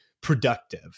productive